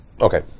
Okay